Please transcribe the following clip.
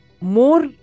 more